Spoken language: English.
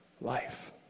Life